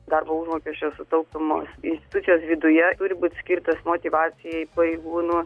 darbo užmokesčio sutaupymo institucijos viduje turi būt skirtas motyvacijai pareigūnų